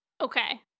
Okay